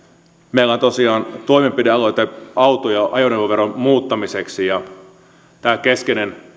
meillä on tosiaan toimenpidealoite auto ja ajoneuvoveron muuttamiseksi oikeastaan keskeinen